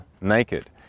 naked